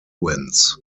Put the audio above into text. winds